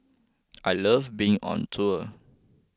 I love being on tour